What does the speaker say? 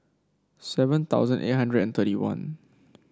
seven thousand eight hundred and thirty one